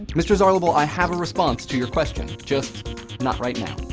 mrxarlable, i have a response to your question, just not right now.